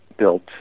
built